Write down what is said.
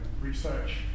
research